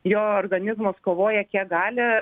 jo organizmas kovoja kiek gali